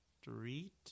street